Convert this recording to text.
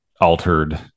altered